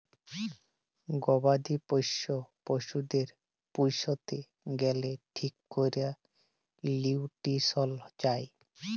গবাদি পশ্য পশুদের পুইসতে গ্যালে ঠিক ক্যরে লিউট্রিশল চায়